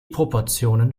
proportionen